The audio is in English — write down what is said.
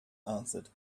answered